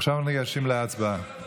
עכשיו ניגשים להצבעה.